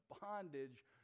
bondage